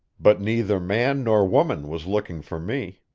but neither man nor woman was looking for me.